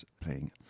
playing